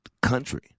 country